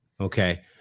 Okay